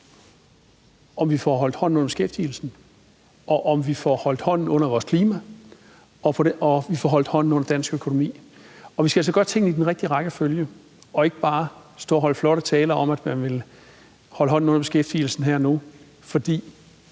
om vi får holdt hånden under beskæftigelsen, om vi får holdt hånden under vores klima, og om vi får holdt hånden under dansk økonomi. Og vi skal altså gøre tingene i den rigtige rækkefølge og ikke bare stå og holde flotte taler om at ville holde hånden under beskæftigelsen her og nu, for